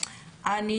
בעמדות